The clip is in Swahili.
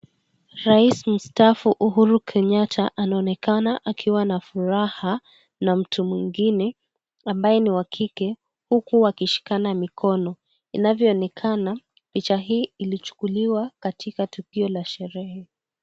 Rais mstaafu Uhuru Kenyatta anaonekana akiwa na furaha na mtu mwingine ambaye ni wa kike huku wakishikana mikono inavyoonekana picha hii ilichukuliwa katika tukio la sherehe.